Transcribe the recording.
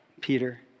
Peter